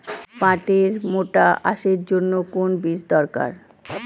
পাটের মোটা আঁশের জন্য কোন বীজ দরকার?